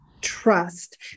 trust